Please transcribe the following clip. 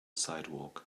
sidewalk